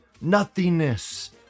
nothingness